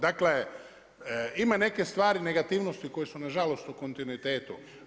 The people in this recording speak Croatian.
Dakle, ima neke stvari negativnosti koje su na žalost u kontinuitetu.